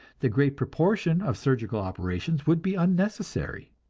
the great proportion of surgical operations would be unnecessary.